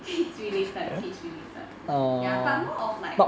kids related kids related but more of like